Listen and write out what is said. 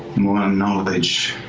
more knowledge,